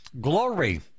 Glory